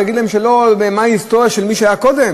תגיד להם את ההיסטוריה של מי שהיה קודם?